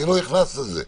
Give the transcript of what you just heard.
לא אני מחליט בזה.